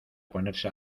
ponerse